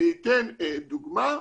אני אתן דוגמה,